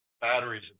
batteries